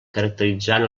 caracteritzant